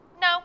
no